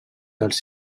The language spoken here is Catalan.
dels